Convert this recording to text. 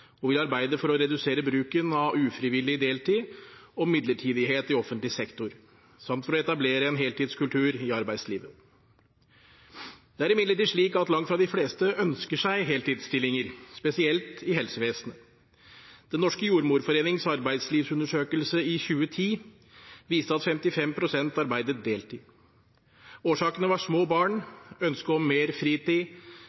og vil arbeide for å redusere bruken av ufrivillig deltid og midlertidighet i offentlig sektor samt for å etablere en heltidskultur i arbeidslivet. Det er imidlertid slik at langt fra de fleste ønsker seg heltidsstillinger, spesielt innen helsevesenet. Den Norske Jordmorforeningens arbeidslivsundersøkelse i 2010 viste at 55 pst. arbeidet deltid. Årsakene var små barn,